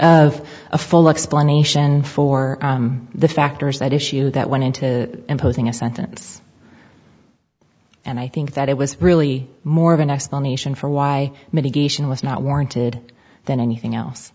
of a full explanation for the factors that issue that went into imposing a sentence and i think that it was really more of an explanation for why mitigation was not warranted than anything else